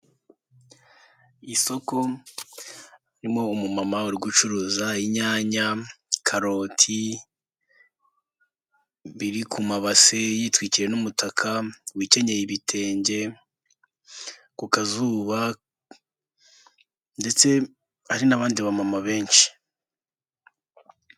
Isoko ririmo umumama uri gucuruza inyanya, karoti, biri ku mabase, yitwikiriye n'umutak, wikenyeye ibitenge, ku kazuba, ndetse hari n'abandi ba mama benshi.